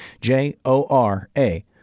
J-O-R-A